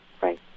Right